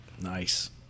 Nice